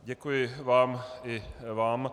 Děkuji vám i vám.